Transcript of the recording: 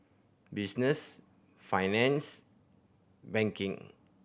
business finance banking